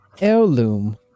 heirloom